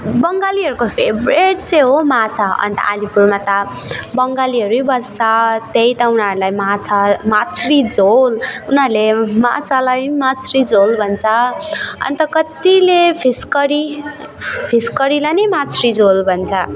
बङ्गालीहरूको फेभ्रेट चाहिँ हो माछा अन्त अलिपुरमा त बङ्गालीहरू बस्छ त्यही त उनीहरूलाई माछा माछ्री झोल उनीहरूले माछालाई माछ्री झोल भन्छ अन्त कतिले फिस करी फिस करीलाई नै माछ्री झोल भन्छ